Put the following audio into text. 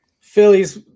Phillies